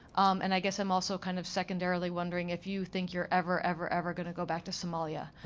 and i guess i'm also kind of secondarily wondering if you think you're ever, ever, ever going to go back to somalia.